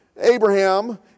Abraham